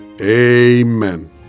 Amen